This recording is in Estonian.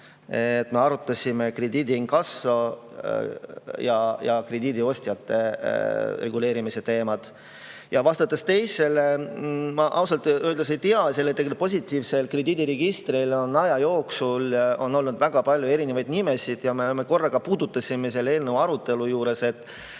Me arutasime krediidiinkassode ja krediidiostjate reguleerimise teemat. Vastus teisele [küsimusele]: ma ausalt öeldes ei tea. Sellel positiivsel krediidiregistril on aja jooksul olnud väga palju erinevaid nimesid. Me korra puudutasime selle eelnõu arutelu juures ka